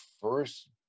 first